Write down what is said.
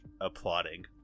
applauding